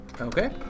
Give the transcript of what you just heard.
Okay